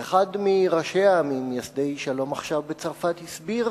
ואחד מראשיה וממייסדיה של "שלום עכשיו" בצרפת הסביר